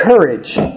Courage